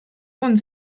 und